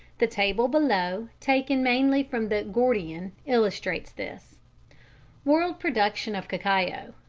the table below, taken mainly from the gordian, illustrates this world production of cacao.